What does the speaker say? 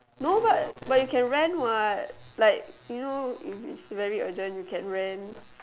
no but but you can rent what like you know if it's very urgent you can rent